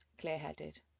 clear-headed